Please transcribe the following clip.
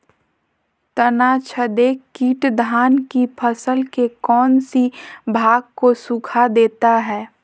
तनाछदेक किट धान की फसल के कौन सी भाग को सुखा देता है?